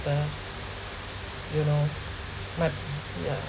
another you know but yeah